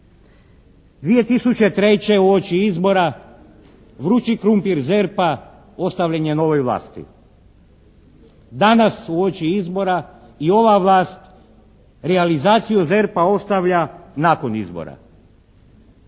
2003. uoči izbora, vrući krumpir ZERP-a ostavljen je novoj vlasti. Danas uoči izbora i ova vlast realizaciju ZERP-a ostavlja nakon izbora.